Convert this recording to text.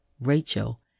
Rachel